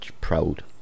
proud